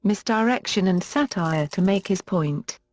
misdirection and satire to make his point.